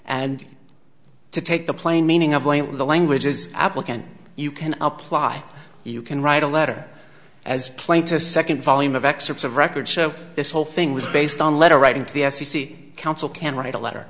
and to take the plain meaning of while the language is applicant you can apply you can write a letter as playing to a second volume of excerpts of record show this whole thing was based on letter writing to the f c c counsel can write a letter